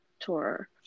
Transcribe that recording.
tour